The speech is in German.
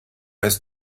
ist